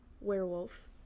werewolf